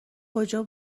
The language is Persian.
کجا